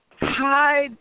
Hi